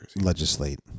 legislate